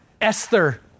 Esther